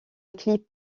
clip